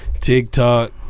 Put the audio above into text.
TikTok